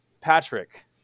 Patrick